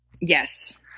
Yes